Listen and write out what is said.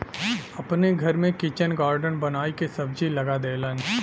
अपने घर में किचन गार्डन बनाई के सब्जी लगा देलन